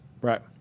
Right